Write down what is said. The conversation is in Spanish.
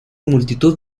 multitud